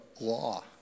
law